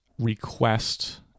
request